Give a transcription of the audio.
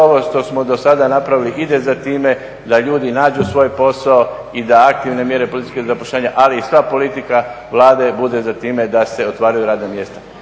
ovo što smo do sada napravili ide za time da ljudi nađu svoj posao i da aktivne mjere … zapošljavanja, ali i sva politika Vlade bude za time da se otvaraju radna mjesta.